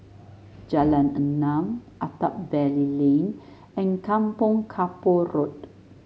Jalan Enam Attap Valley Lane and Kampong Kapor Road